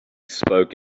spoke